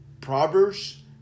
Proverbs